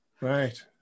Right